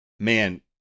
Man